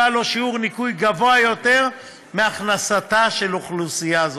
להם שיעור ניכוי גבוה יותר מהכנסתה של אוכלוסייה זו.